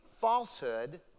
falsehood